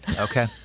Okay